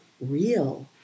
real